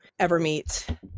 Evermeet